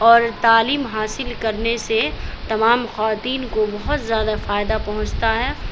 اور تعلیم حاصل کرنے سے تمام خواتین کو بہت زیادہ فائدہ پہنچتا ہے